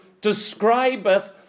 describeth